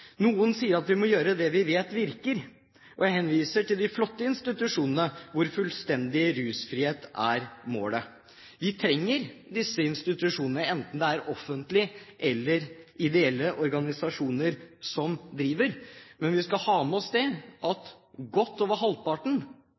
Noen sier at vi må gjøre det vi vet virker, og jeg henviser til de flotte institusjonene hvor fullstendig rusfrihet er målet. Vi trenger disse institusjonene, enten det er det offentlige eller ideelle organisasjoner som driver dem. Men vi skal ha med oss at godt over halvparten